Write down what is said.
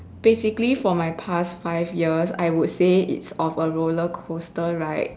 basically for my past five years I would say it's of a roller coaster ride